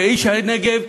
כאיש הנגב,